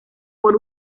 por